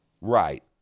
Right